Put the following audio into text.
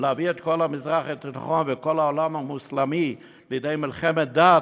להביא את כל המזרח התיכון ואת כל העולם המוסלמי לידי מלחמת דת,